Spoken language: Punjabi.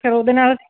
ਫਿਰ ਉਹਦੇ ਨਾਲ਼